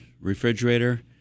refrigerator